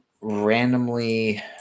randomly